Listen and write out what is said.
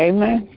Amen